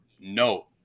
no